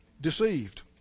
Deceived